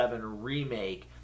Remake